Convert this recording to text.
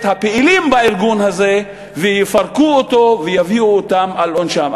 הפעילים בארגון הזה ויפרקו אותו ויביאו אותם על עונשם.